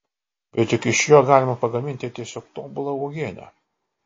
bet juk iš jo galima pagaminti tiesiog tobulą uogienę